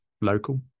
local